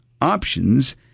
options